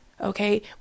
Okay